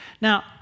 Now